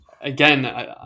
again